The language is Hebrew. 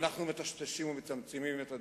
ואנחנו מטשטשים ומצמצמים את הדיון,